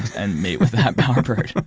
and mate with that bowerbird